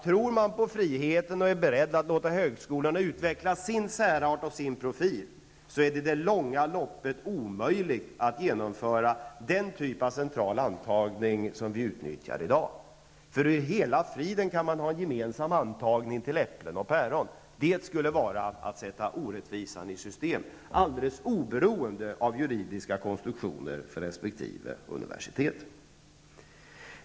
Tror man på friheten och är beredd att låta högskolorna utveckla sin särart och sin profil är det i det långa loppet omöjligt att genomföra den typ av central antagning som sker i dag. Hur kan man ha en gemensam antagning till äpplen och päron? Det skulle vara att sätta orättvisan i system, oberoende av juridiska konstruktioner för resp. universitet.